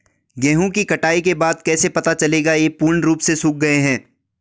गेहूँ की कटाई के बाद कैसे पता चलेगा ये पूर्ण रूप से सूख गए हैं?